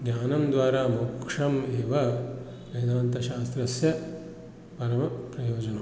ज्ञानं द्वारा मोक्षम् एव वेदान्तशास्त्रस्य परमप्रयोजनम्